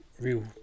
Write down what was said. real